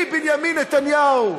אני, בנימין נתניהו.